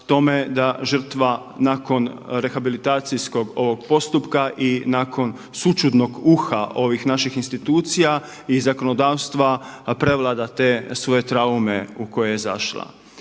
tome da žrtva nakon rehabilitacijskog ovog postupka i nakon sućudnog uha ovih naših institucija i zakonodavstva prevlada te svoje traume u koje je zašla.